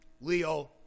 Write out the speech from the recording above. Leo